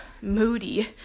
moody